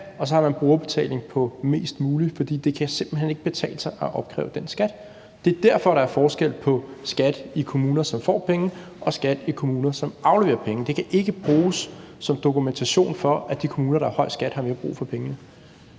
og så har man brugerbetaling på mest muligt, for det kan simpelt hen ikke betale sig at opkræve den skat. Det er derfor, der er forskel på skat i kommuner, som får penge, og skat i kommuner, som afleverer penge. Det kan ikke bruges som dokumentation for, at de kommuner, der har høj skat, har mere brug for pengene.